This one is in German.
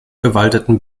bewaldeten